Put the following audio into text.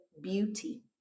beauty